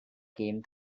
came